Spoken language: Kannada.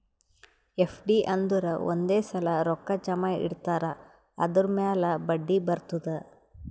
ಎಫ್.ಡಿ ಅಂದುರ್ ಒಂದೇ ಸಲಾ ರೊಕ್ಕಾ ಜಮಾ ಇಡ್ತಾರ್ ಅದುರ್ ಮ್ಯಾಲ ಬಡ್ಡಿ ಬರ್ತುದ್